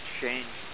change